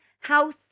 house